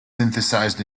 synthesized